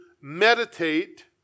meditate